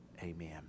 Amen